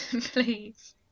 please